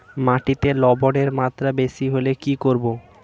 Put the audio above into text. মাটিতে লবণের মাত্রা বেশি হলে কি করব?